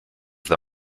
the